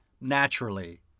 naturally